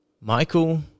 Michael